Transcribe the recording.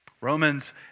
Romans